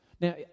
Now